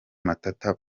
matata